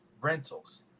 rentals